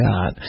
God